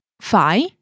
fai